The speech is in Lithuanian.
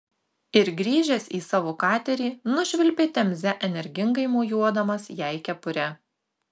ir grįžęs į savo katerį nušvilpė temze energingai mojuodamas jai kepure